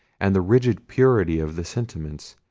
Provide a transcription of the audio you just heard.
and the rigid purity of the sentiments,